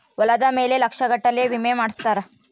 ಹೊಲದ ಮೇಲೆ ಲಕ್ಷ ಗಟ್ಲೇ ವಿಮೆ ಮಾಡ್ಸಿರ್ತಾರ